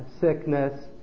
sickness